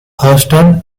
houston